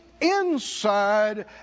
inside